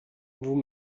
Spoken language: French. vous